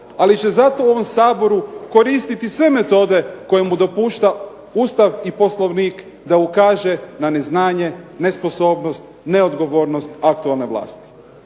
Ali će zato u ovom Saboru koristiti sve metode koje mu dopušta Ustav i Poslovnik da ukaže na neznanje, nesposobnost, neodgovornost aktualne vlasti.